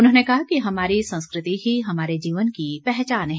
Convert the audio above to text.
उन्होंने कहा कि हमारी संस्कृति ही हमारे जीवन की पहचान है